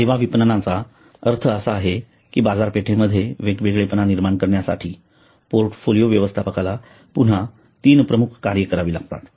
सेवा विपणनाचा अर्थ असा आहे की बाजारपेठेमध्ये वेगळेपणा निर्माण करण्यासाठी पोर्टफोलिओ व्यवस्थापकाला पुन्हा 3 प्रमुख कार्ये करावी लागतात